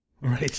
Right